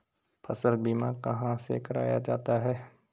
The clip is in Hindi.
फसल बीमा कहाँ से कराया जाता है?